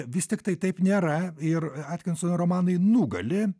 vis tiktai taip nėra ir atkinson romanai nugali